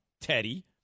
Teddy